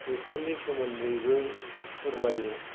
बेफोरनि सोमोन्दैबो फोरमायो